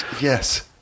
Yes